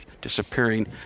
disappearing